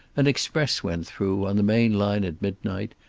an express went through on the main line at midnight,